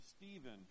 Stephen